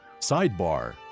Sidebar